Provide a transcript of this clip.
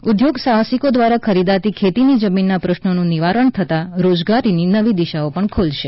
ઊદ્યોગ સાહસિકો દ્વારા ખરીદાતી ખેતીની જમીનના પ્રશ્નોનું નિવારણ થતાં રોજગારીની નવી દિશા ખુલશે